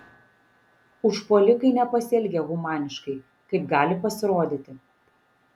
užpuolikai nepasielgė humaniškai kaip gali pasirodyti